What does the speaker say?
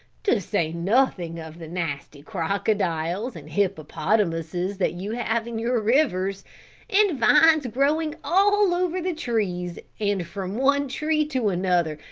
to say nothing of the nasty crocodiles and hippopotamuses that you have in your rivers and vines growing all over the trees and from one tree to another,